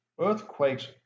Earthquakes